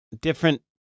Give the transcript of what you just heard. different